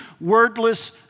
wordless